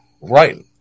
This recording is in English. Right